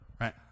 right